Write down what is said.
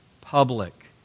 public